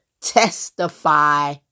testify